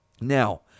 Now